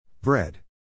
Bread